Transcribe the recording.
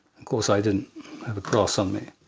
and course i didn't have a cross on me.